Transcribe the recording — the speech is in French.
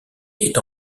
est